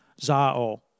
zao